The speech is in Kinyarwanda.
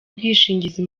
ubwishingizi